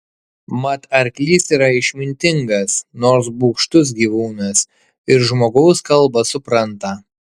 mat arklys yra išmintingas nors bugštus gyvūnas ir žmogaus kalbą supranta